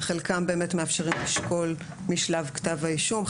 חלקם מאפשרים לשקול משלב כתב האישום,